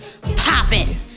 Popping